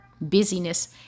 busyness